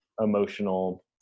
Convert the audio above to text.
emotional